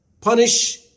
punish